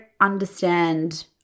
understand